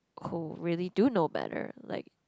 who really do know better like